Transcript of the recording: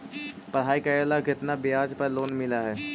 पढाई करेला केतना ब्याज पर लोन मिल हइ?